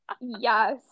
yes